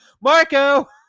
Marco